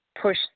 push